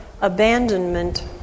abandonment